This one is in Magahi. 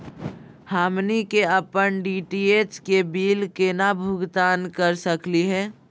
हमनी के अपन डी.टी.एच के बिल केना भुगतान कर सकली हे?